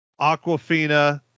Aquafina